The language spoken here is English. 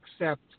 accept